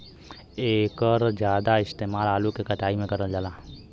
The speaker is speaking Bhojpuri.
एकर जादा इस्तेमाल आलू के कटाई में करल जाला